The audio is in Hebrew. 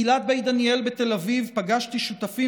בקהילת בית דניאל בתל אביב פגשתי שותפים